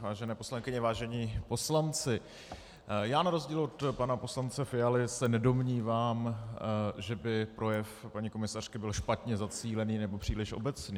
Vážené poslankyně, vážení poslanci, na rozdíl od pana poslance Fialy se nedomnívám, že by projev paní komisařky byl špatně zacílený nebo příliš obecný.